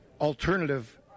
alternative